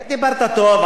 חבר הכנסת נסים זאב.